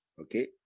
Okay